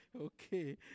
okay